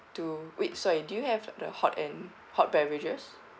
to wait sorry do you have the hot and hot beverages